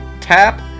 tap